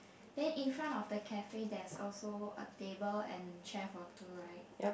then in front of the cafe there's also a table and chair for two right